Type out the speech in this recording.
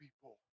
people